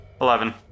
Eleven